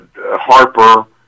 Harper